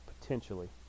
Potentially